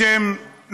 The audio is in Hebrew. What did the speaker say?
לשם,